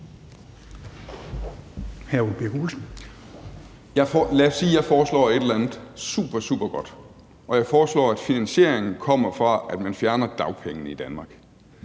Lad os sige, at jeg foreslår et eller andet supergodt, og at jeg foreslår, at finansieringen kommer fra, at man fjerner dagpengene i Danmark,